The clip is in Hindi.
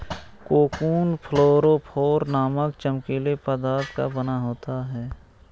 कोकून फ्लोरोफोर नामक चमकीले पदार्थ का बना होता है